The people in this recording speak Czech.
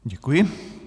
Děkuji.